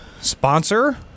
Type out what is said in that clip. Sponsor